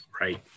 right